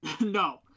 No